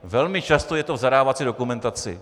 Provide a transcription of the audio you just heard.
Velmi často je to v zadávací dokumentaci.